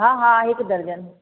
हा हा हिकु दर्जन